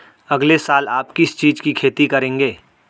अगले साल आप किस चीज की खेती करेंगे?